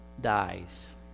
dies